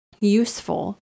useful